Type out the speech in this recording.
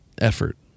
effort